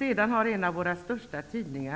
Sedan har vår allra största tidning